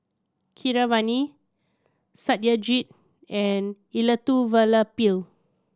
Keeravani Satyajit and Elattuvalapil